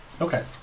Okay